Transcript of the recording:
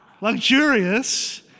luxurious